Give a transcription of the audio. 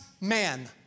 man